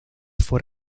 fue